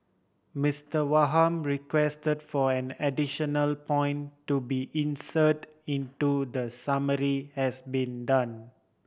Mister Wham request for an additional point to be inserted into the summary has been done